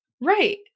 Right